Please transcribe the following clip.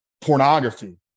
pornography